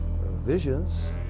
visions